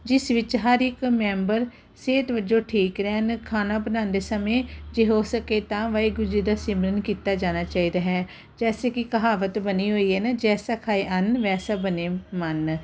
ਜਿਸ ਵਿੱਚ ਹਰ ਇੱਕ ਮੈਂਬਰ ਸਿਹਤ ਵਜੋਂ ਠੀਕ ਰਹਿਣ ਖਾਣਾ ਬਣਾਉਂਦੇ ਸਮੇਂ ਜੇ ਹੋ ਸਕੇ ਤਾਂ ਵਾਹਿਗੁਰੂ ਜੀ ਦਾ ਸਿਮਰਨ ਕੀਤਾ ਜਾਣਾ ਚਾਹੀਦਾ ਹੈ ਜੈਸੇ ਕਿ ਕਹਾਵਤ ਬਣੀ ਹੋਈ ਹੈ ਨਾ ਜੈਸਾ ਖਾਇ ਅਨ ਵੈਸਾ ਬਣੇ ਮਨ